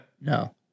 No